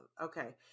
Okay